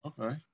Okay